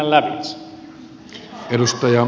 arvoisa herra puhemies